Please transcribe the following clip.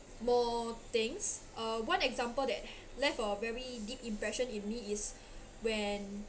more things uh one example that left a very deep impression in me is when